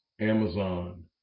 Amazon